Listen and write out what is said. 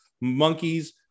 Monkeys